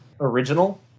Original